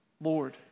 Lord